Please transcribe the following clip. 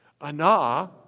Ana